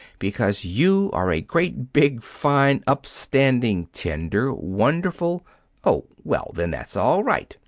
because you are a great, big, fine, upstanding, tender, wonderful oh, well, then that's all right,